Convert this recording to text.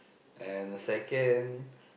and the second